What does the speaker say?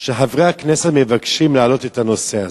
של חברי הכנסת המבקשים להעלות את הנושא הזה.